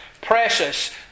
precious